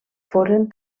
foren